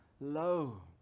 low